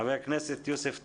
חבר כנסת יוסף טייב.